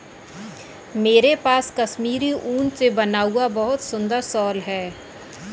मेरे पास कश्मीरी ऊन से बना हुआ बहुत सुंदर शॉल है